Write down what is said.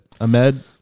Ahmed